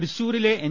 തൃശൂരിലെ എൻ